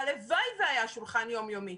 הלוואי שהיה שולחן יום-יומי.